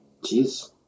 jeez